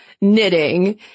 knitting